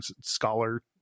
scholar